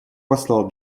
послал